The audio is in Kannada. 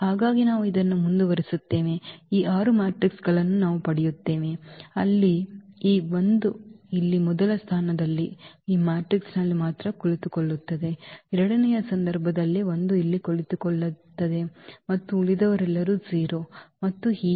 ಹಾಗಾಗಿ ನಾವು ಇದನ್ನು ಮುಂದುವರಿಸುತ್ತೇವೆ ಈ 6 ಮ್ಯಾಟ್ರಿಕ್ಗಳನ್ನು ನಾವು ಪಡೆಯುತ್ತೇವೆ ಅಲ್ಲಿ ಈ 1 ಇಲ್ಲಿ ಮೊದಲ ಸ್ಥಾನದಲ್ಲಿ ಈ ಮ್ಯಾಟ್ರಿಕ್ಸ್ನಲ್ಲಿ ಮಾತ್ರ ಕುಳಿತುಕೊಳ್ಳುತ್ತದೆ ಎರಡನೆಯ ಸಂದರ್ಭದಲ್ಲಿ 1 ಇಲ್ಲಿ ಕುಳಿತುಕೊಳ್ಳುತ್ತದೆ ಮತ್ತು ಉಳಿದವರೆಲ್ಲರೂ 0 ಮತ್ತು ಹೀಗೆ